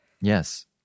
Yes